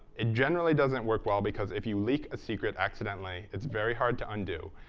it generally doesn't work well, because if you leak a secret accidentally, it's very hard to undo.